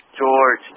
George